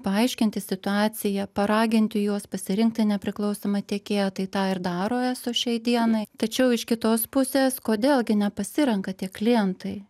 paaiškinti situaciją paraginti juos pasirinkti nepriklausomą tiekėją tai tą ir daro eso šiai dienai tačiau iš kitos pusės kodėl gi nepasirenka tie klientai